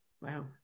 Wow